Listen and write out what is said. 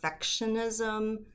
perfectionism